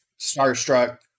starstruck